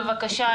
בבקשה,